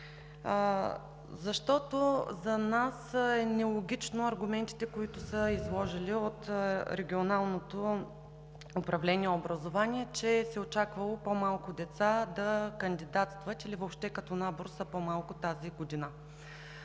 защото за нас са нелогични аргументите, които са изложили от Регионалното управление на образованието, че се очаквало по-малко деца да кандидатстват, или въобще като набор са по-малко тази година.